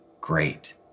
great